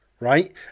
Right